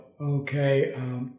okay